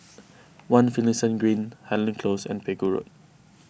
one Finlayson Green Highland Close and Pegu Road